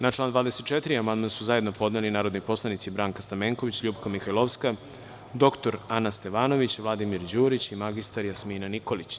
Na član 24. amandman su zajedno podneli narodni poslanici Branka Stamenković, LJupka Mihajlovski, dr Ana Stevanović, Vladimir Đurić i mr Jasmina Nikolić.